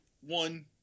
One